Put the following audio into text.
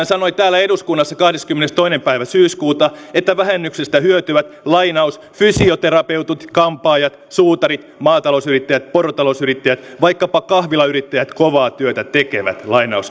sanoi täällä eduskunnassa kahdeskymmenestoinen päivä syyskuuta että vähennyksestä hyötyvät fysioterapeutit kampaajat suutarit maatalousyrittäjät porotalousyrittäjät vaikkapa kahvilayrittäjät kovaa työtä tekevät